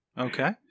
Okay